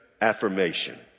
affirmation